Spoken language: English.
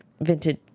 vintage